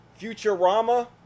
Futurama